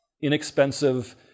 inexpensive